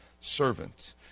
servant